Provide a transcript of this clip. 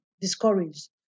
discouraged